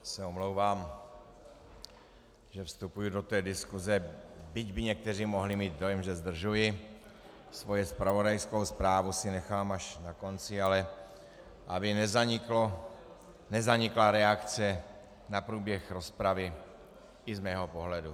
Já se omlouvám, že vstupuji do té diskuse, byť by někteří mohli mít dojem, že zdržuji, svoji zpravodajskou zprávu si nechám až na konci, ale aby nezanikla reakce na průběh rozpravy i z mého pohledu.